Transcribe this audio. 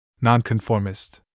Nonconformist